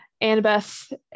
Annabeth